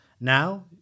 Now